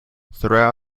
throw